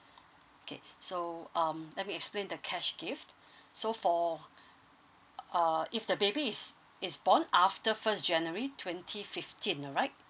okay so um let me explain the cash gift so for uh if the baby is is born after first january twenty fifteen alright